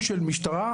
משטרה,